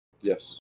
Yes